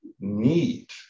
need